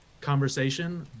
conversation